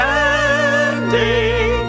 Standing